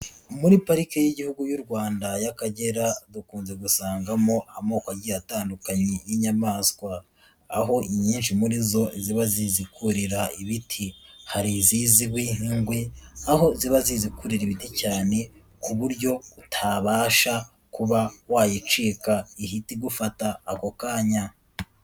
Muri parike y'igihugu y'u Rwanda y'Akagera dukunze gusangamo amoko agiye atandukanye y'inyamaswa, aho inyinshi muri zo ziba zizi kurira ibiti, hari izizwi nk'ingwe, aho ziba zizikurira ibiti cyane ku buryo utabasha kuba wayicika ihita igufata ako kanya.